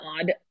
odd